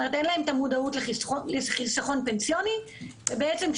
אין להם את המודעות לחיסכון פנסיוני וכשהם